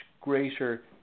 greater